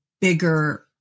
bigger